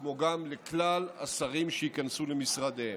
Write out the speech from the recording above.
כמו גם לכלל השרים שייכנסו למשרדיהם.